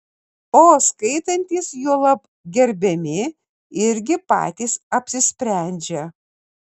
o skaitantys juolab gerbiami irgi patys apsisprendžia